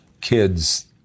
kids